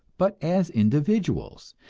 but as individuals,